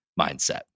mindset